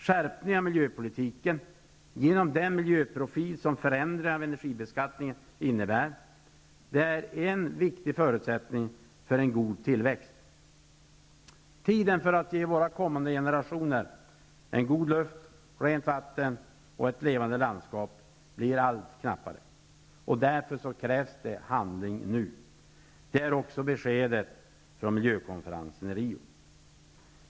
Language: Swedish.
Skärpningen av miljöpolitiken, genom den miljöprofil som förändringen av energibeskattningen innebär, är en viktig förutsättning för en god tillväxt. Tiden för att ge våra kommande generationer god luft, rent vatten och ett levande landskap blir allt knappare. Därför krävs det handling nu. Det är också beskedet från miljökonferensen i Rio.